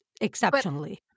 exceptionally